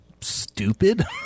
stupid